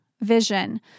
vision